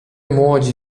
młodzi